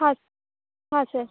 ಹಾಂ ಹಾಂ ಸರ್